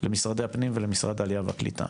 למשרדי הפנים ולמשרד העלייה והקליטה.